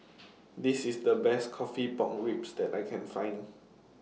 This IS The Best Coffee Pork Ribs that I Can Find